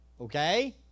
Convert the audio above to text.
Okay